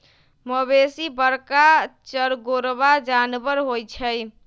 मवेशी बरका चरगोरबा जानबर होइ छइ